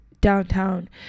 downtown